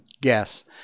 guess